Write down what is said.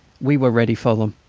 we were ready for them!